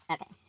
Okay